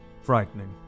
frightening